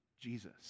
Jesus